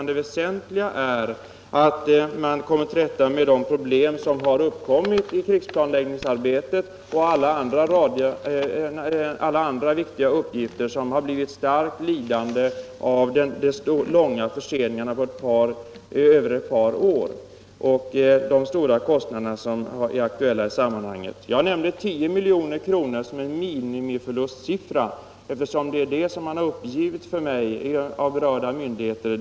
Det väsentliga är att man kommer till rätta med de problem som har uppstått i krigsplanläggningsarbetet och i samband med andra viktiga uppgifter, som har blivit starkt lidande av de långvariga förseningarna på över ett par år och de höga kostnader som är aktuella i sammanhanget. Jag nämnde 10 milj.kr. som en minimiförlustsiffra, eftersom det är vad som har uppgivits för mig av berörda myndigheter.